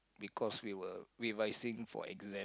because we were revising for exam